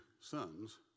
sons